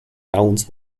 towns